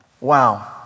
Wow